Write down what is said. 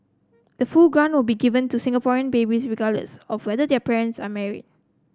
the full grant will be given to Singaporean babies regardless of whether their parents are married